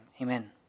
amen